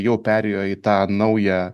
jau perėjo į tą naują